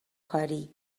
کاری